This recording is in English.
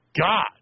God